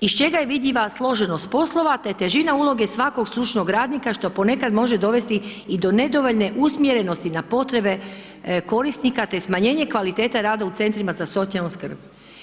iz čega je vidljiva složenost poslova te težina uloge svakog stručnog radnika što ponekad može dovesti i do nedovoljne usmjerenosti na potrebe korisnika te smanjenje kvalitete rada u centrima za socijalnu skrb.